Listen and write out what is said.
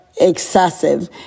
excessive